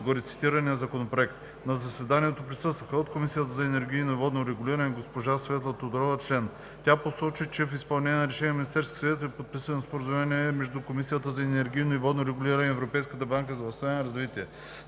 горецитирания законопроект. На заседанието присъстваха от Комисията за енергийно и водно регулиране: госпожа Светла Тодорова – член. Тя посочи, че в изпълнение на решение на Министерския съвет е подписано Споразумение между Комисията за енергийно и водно регулиране и Европейската банка за възстановяване и развитие.